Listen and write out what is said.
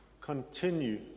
continue